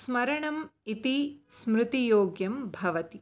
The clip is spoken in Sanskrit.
स्मरणम् इति स्मृतियोग्यं भवति